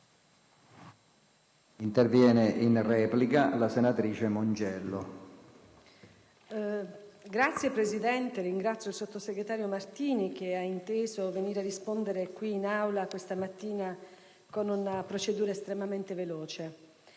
Signor Presidente, vorrei ringraziare il sottosegretario Martini che ha inteso venire a rispondere in Aula, questa mattina, con una procedura estremamente veloce.